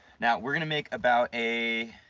now we're gonna make about a